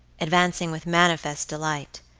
advancing with manifest delight.